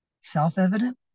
self-evident